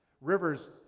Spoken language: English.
Rivers